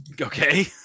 Okay